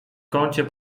kącie